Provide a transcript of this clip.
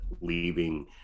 leaving